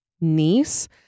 niece